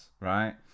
right